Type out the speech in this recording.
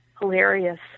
hilarious